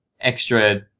extra